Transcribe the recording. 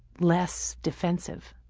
less defensive.